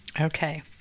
Okay